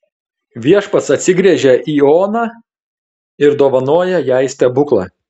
viešpats atsigręžia į oną ir dovanoja jai stebuklą